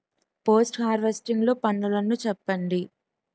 Post harvesting లో పనులను చెప్పండి?